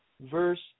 verse